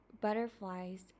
butterflies